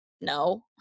No